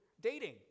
dating